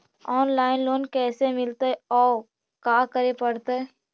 Online loan कैसे मिलतै औ का करे पड़तै?